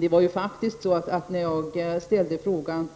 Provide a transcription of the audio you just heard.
Det var ju faktiskt så att när jag ställde frågan